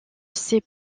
ses